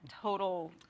total